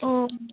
অঁ